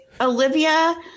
Olivia